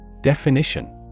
Definition